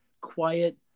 quiet